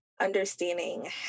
understanding